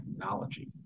Technology